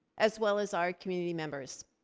as well as our community members.